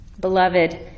beloved